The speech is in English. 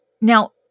Now